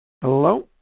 Hello